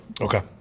Okay